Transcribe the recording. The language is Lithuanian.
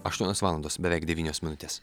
aštuonios valandos beveik devynios minutės